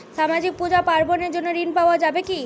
সামাজিক পূজা পার্বণ এর জন্য ঋণ পাওয়া যাবে কি?